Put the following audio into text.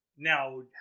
Now